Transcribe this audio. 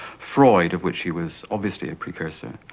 freud, of which he was, obviously, a precursor.